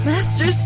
Master